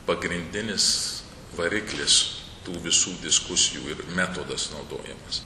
pagrindinis variklis tų visų diskusijų ir metodas naudojamas